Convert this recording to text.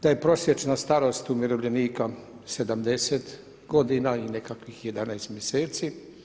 Da je prosječna starost umirovljenika 70 g. i nekakvih 11 mjeseci.